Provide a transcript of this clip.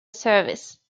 service